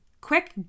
quick